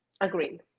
Agreed